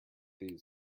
these